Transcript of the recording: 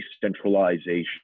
decentralization